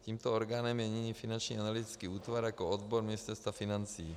Tímto orgánem je nyní Finanční analytický útvar jako odbor Ministerstva financí.